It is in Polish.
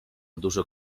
dużo